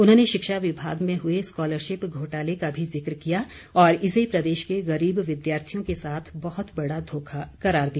उन्होंने शिक्षा विभाग में हुए स्कॉलरशिप घोटाले का भी जिक्र किया और इसे प्रदेश के गरीब विद्यार्थियों के साथ बहुत बड़ा धोखा करार दिया